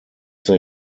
they